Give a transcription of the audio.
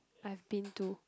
I've been to